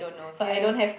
yes